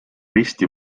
risti